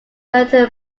certain